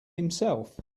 himself